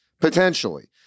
potentially